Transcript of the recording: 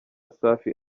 safi